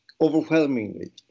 overwhelmingly